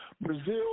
Brazil